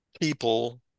people